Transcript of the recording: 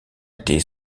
étaient